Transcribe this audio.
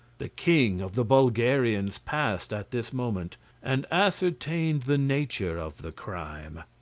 the king of the bulgarians passed at this moment and ascertained the nature of the crime.